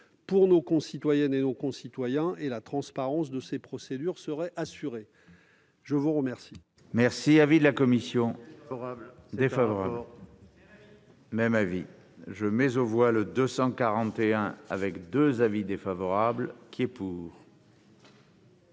pour nos concitoyennes et nos concitoyens ; la transparence de ces procédures serait assurée. Quel